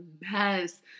mess